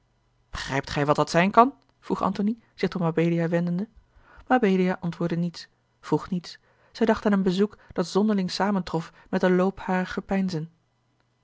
begrijpt gij wat dat zijn kan vroeg antony zich tot mabelia wendende mabelia antwoordde niets vroeg niets zij dacht aan een bezoek dat zonderling samentrof met den loop harer gepeinzen